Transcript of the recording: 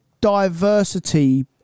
diversity